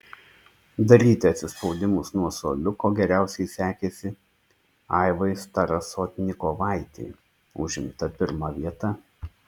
daryti atsispaudimus nuo suoliuko geriausiai sekėsi aivai starasotnikovaitei užimta pirma vieta